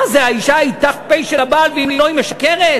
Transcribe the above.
מה זה, האישה היא ת"פ של הבעל, ואם לא, היא משקרת?